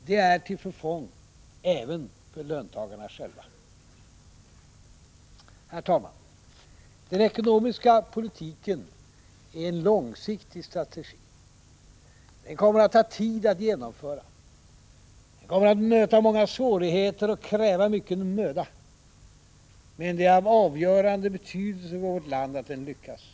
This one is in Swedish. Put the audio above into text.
Det är till förfång även för löntagarna själva. Herr talman! Den ekonomiska politiken är en långsiktig strategi. Den kommer att ta tid att genomföra. Den kommer att möta många svårigheter och kräva mycken möda. Men det är av avgörande betydelse för vårt land att den lyckas.